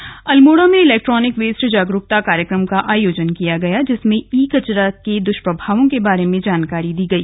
जागरूकता कार्यक्रम अल्मोड़ा में इलैक्ट्रॉनिक वेस्ट जागरूकता कार्यक्रम का आयोजन किया गया जिसमें ई कचरा के दृष्प्रभावों के बारे में जानकारी दी गई